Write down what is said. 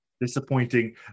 Disappointing